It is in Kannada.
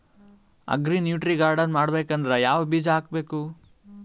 ಅಗ್ರಿ ನ್ಯೂಟ್ರಿ ಗಾರ್ಡನ್ ಮಾಡಬೇಕಂದ್ರ ಯಾವ ಬೀಜ ಹಾಕಬೇಕು?